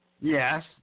Yes